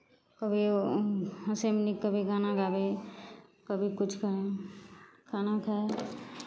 कभी ओ हँसैमे नीक कभी गाना गाबी कभी किछु कहीँ खाना खाय